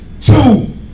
Two